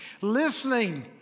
listening